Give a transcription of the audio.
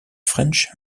french